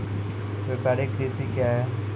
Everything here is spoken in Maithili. व्यापारिक कृषि क्या हैं?